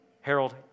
Harold